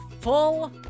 full